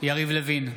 יריב לוין,